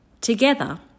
Together